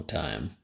time